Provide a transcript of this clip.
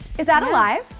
is that alive?